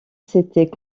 s’étaient